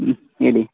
ಹ್ಞೂ ಹೇಳಿ